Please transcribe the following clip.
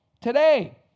Today